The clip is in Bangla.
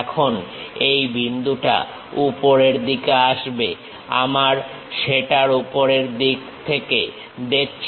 এখন এই বিন্দুটা উপরের দিকে আসবে আমরা সেটার উপরের দিক থেকে দেখছি